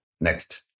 Next